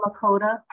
Lakota